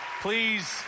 Please